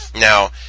Now